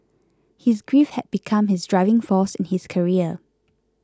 his grief had become his driving force in his career